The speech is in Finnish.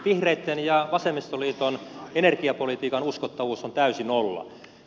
vihreitten ja vasemmistoliiton energiapolitiikan uskottavuus on täysi nolla